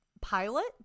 pilot